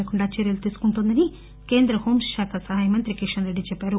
లేకుండా చర్యలు తీసుకుంటోందని కేంద్ర హోంశాఖ సహాయ మంత్రి కిషన్ రెడ్డి చెప్పారు